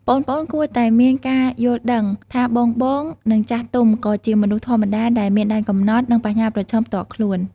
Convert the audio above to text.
ប្អូនៗគួរតែមាន ការយល់ដឹងថាបងៗ និងចាស់ទុំក៏ជាមនុស្សធម្មតាដែលមានដែនកំណត់ និងបញ្ហាប្រឈមផ្ទាល់ខ្លួន។